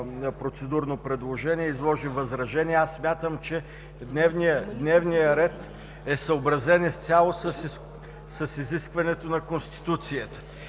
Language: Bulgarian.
процедурно предложение. Изложи възражения. Аз смятам, че дневният ред е съобразен изцяло с изискванията на Конституцията.